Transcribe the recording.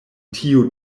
tiu